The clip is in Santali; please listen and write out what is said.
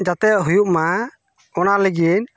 ᱡᱟᱛᱮ ᱦᱩᱭᱩᱜ ᱢᱟ ᱚᱱᱟ ᱞᱟᱹᱜᱤᱫ